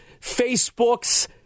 Facebook's